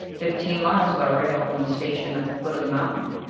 fifteen miles by rail from the station at the foot of the mountain.